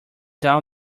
down